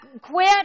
quit